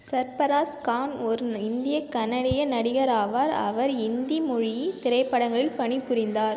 சர்பராஸ் கான் ஒரு ந இந்திய கன்னடிய நடிகர் ஆவார் அவர் ஹிந்தி மொழி திரைப்படங்களில் பணிபுரிந்தார்